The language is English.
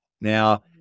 Now